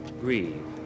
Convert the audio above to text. grieve